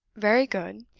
very good.